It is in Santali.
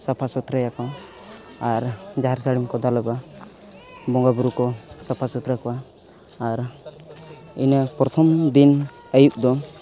ᱥᱟᱯᱷᱟᱼᱥᱩᱛᱨᱟᱹᱭᱟᱠᱚ ᱟᱨ ᱡᱟᱦᱮᱨ ᱥᱟᱹᱲᱤᱢᱠᱚ ᱫᱟᱞᱚᱵᱟ ᱵᱚᱸᱜᱟᱼᱵᱩᱨᱩᱠᱚ ᱥᱟᱯᱷᱟᱼᱥᱩᱛᱨᱟᱹ ᱠᱚᱣᱟ ᱟᱨ ᱤᱱᱟᱹ ᱯᱨᱚᱛᱷᱚᱢ ᱫᱤᱱ ᱟᱹᱭᱩᱵ ᱫᱚ